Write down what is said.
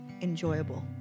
enjoyable